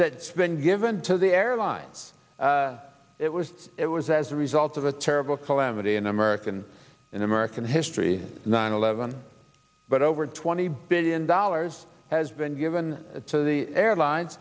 it's been given to the airlines it was it was as a result of a terrible calamity in american in american history nine eleven but over twenty billion dollars has been given to the airlines